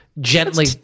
gently